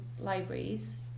libraries